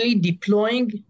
deploying